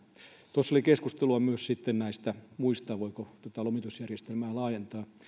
tuossa oli keskustelua myös näistä muista voiko tätä lomitusjärjestelmää laajentaa